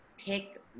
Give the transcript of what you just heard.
pick